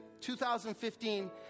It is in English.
2015